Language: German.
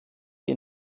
die